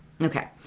Okay